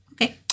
okay